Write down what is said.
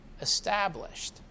established